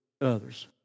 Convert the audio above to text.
others